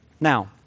Now